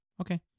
Okay